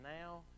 now